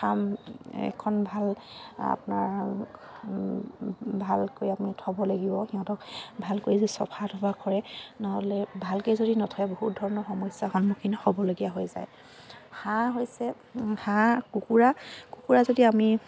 farm এখন ভাল আপোনাৰ ভালকৈ আমি থ'ব লাগিব সিহঁতক ভালকৈ যদি চফা তফা কৰে নহ'লে ভালকে যদি নথয় বহুত ধৰণৰ সমস্যাৰ সন্মুখীন হ'বলগীয়া হৈ যায় হাঁহ হৈছে হাঁহ কুকুৰা কুকুৰা যদি আমি